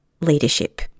leadership